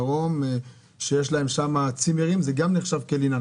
דרום שיש להם צימרים זה גם נחשב לינה.